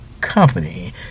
company